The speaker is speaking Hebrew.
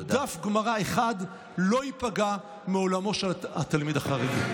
או דף גמרא אחד לא ייפגע מעולמו של התלמיד החרדי.